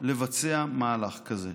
לבצע מהלך כזה.